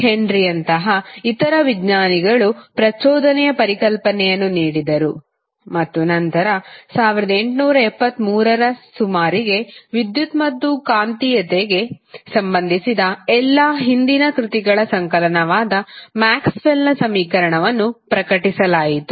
ಹೆನ್ರಿಯಂತಹ ಇತರ ವಿಜ್ಞಾನಿಗಳು ಪ್ರಚೋದನೆಯ ಪರಿಕಲ್ಪನೆಯನ್ನು ನೀಡಿದರು ಮತ್ತು ನಂತರ 1873 ರ ಸುಮಾರಿಗೆ ವಿದ್ಯುತ್ ಮತ್ತು ಕಾಂತೀಯತೆಗೆ ಸಂಬಂಧಿಸಿದ ಎಲ್ಲಾ ಹಿಂದಿನ ಕೃತಿಗಳ ಸಂಕಲನವಾದ ಮ್ಯಾಕ್ಸ್ವೆಲ್ನMaxwell's ಸಮೀಕರಣವನ್ನು ಪ್ರಕಟಿಸಲಾಯಿತು